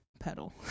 pedal